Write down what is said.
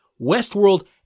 Westworld